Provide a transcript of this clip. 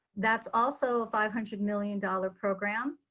that's also five hundred million dollar program.